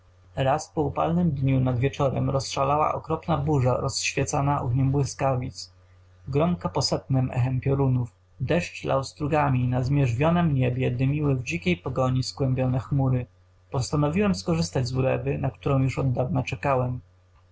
raz po upalnym dniu nad wieczorem rozszalała okropna burza rozświecana ogniem błyskawic gromka posetnem echem piorunów deszcz lał strugami na zmierzwionem niebie dymiły w dzikiej pogoni skłębione chmury postanowiłem skorzystać z ulewy na którą już od dawna czekałem